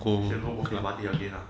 say go birthday party again lah